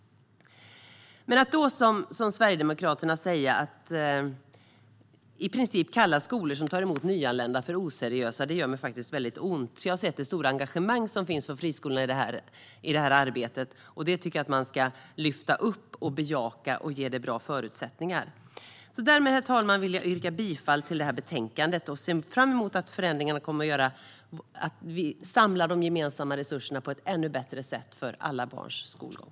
När man då - som Sverigedemokraterna - i princip kallar skolor som tar emot nyanlända för oseriösa gör det mig faktiskt väldigt ont. Jag har sett det stora engagemang som finns från friskolorna i det här arbetet, och det tycker jag att man ska lyfta upp, bejaka och ge bra förutsättningar. Därmed, herr talman, vill jag yrka bifall till utskottets förslag. Jag ser fram emot att förändringarna kommer att göra att vi samlar de gemensamma resurserna på ett ännu bättre sätt för alla barns skolgång.